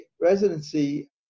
residency